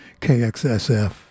KXSF